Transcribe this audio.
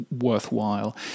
worthwhile